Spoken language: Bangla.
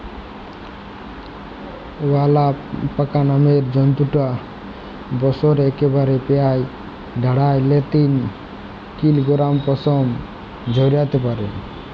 অয়ালাপাকা নামের জন্তুটা বসরে একবারে পেরায় আঢ়াই লে তিন কিলগরাম পসম ঝরাত্যে পারে